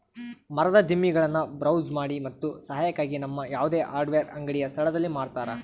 ಮರದ ದಿಮ್ಮಿಗುಳ್ನ ಬ್ರೌಸ್ ಮಾಡಿ ಮತ್ತು ಸಹಾಯಕ್ಕಾಗಿ ನಮ್ಮ ಯಾವುದೇ ಹಾರ್ಡ್ವೇರ್ ಅಂಗಡಿಯ ಸ್ಥಳದಲ್ಲಿ ಮಾರತರ